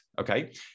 okay